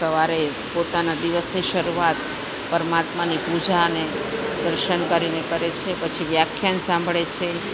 સવારે પોતાના દિવસની શરૂઆત પરમાત્માની પૂજા અને દર્શન કરીને કરે છે પછી વ્યાખ્યાન સાંભળે છે